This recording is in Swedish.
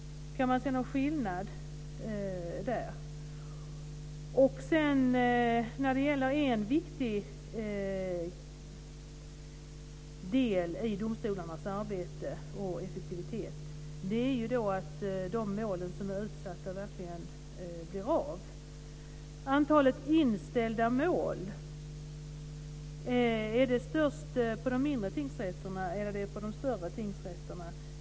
Kan man se någon skillnad där? En viktig del i domstolarnas arbete och effektivitet är att de mål som är utsatta verkligen blir av. Är antalet inställda mål störst på de mindre tingsrätterna eller är de störst på de större tingsrätterna?